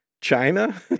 China